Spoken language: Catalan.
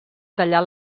tallar